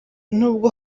n’ubwo